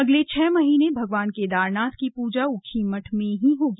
अगले छह महीने भगवान केदारनाथ की पूजा ऊखीमठ में ही होगी